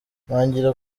ntangira